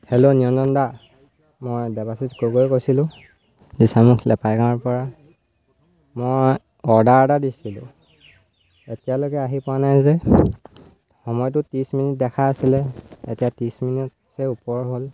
hello নিৰঞ্জনদা মই দেৱাশিষ গগৈ কৈছিলোঁ দিচাংমুখ লেপাইগাঁৱৰপৰা মই অৰ্ডাৰ এটা দিছিলোঁ এতিয়ালৈকে আহি পোৱা নাই যে সময়টো ত্ৰিছ মিনিট দেখাই আছিলে এতিয়া ত্ৰিছ মিনিটতকৈ ওপৰ হ'ল